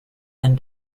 and